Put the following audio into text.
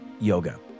Yoga